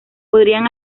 podrían